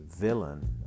villain